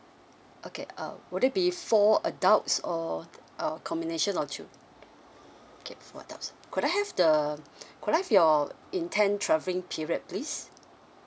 okay uh would it be four adults or a combination of ch~ okay four adults could I have the could I have your intend travelling period please